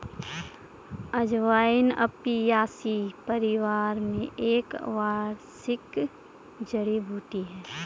अजवाइन अपियासी परिवार में एक वार्षिक जड़ी बूटी है